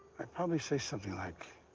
i'd probably say something like.